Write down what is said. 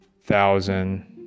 thousand